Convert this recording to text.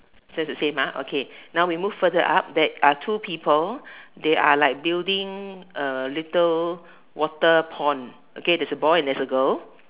says the same okay now we move further up there are two people they are like building a little water pond okay there's a boy and there's a girl